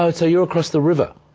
ah and so you're across the river.